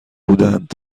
بودند